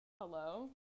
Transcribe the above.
hello